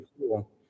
cool